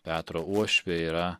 petro uošvė yra